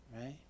right